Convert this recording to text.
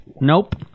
Nope